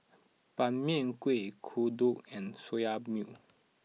Ban Mian Kueh Kodok and Soya Milk